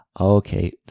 okay